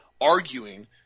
arguing